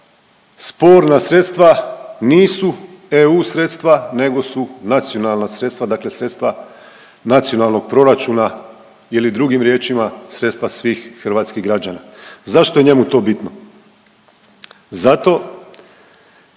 sporna sredstva nisu EU sredstva nego su nacionalna sredstva, dakle sredstva nacionalnog proračuna ili drugim riječima sredstva svih hrvatskih građana. Zašto je njemu to bitno? Zato